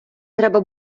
треба